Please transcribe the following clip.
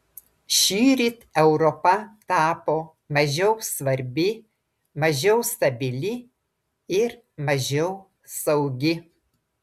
šįryt europa tapo mažiau svarbi mažiau stabili ir mažiau saugi